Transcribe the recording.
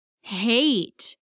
hate